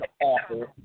awful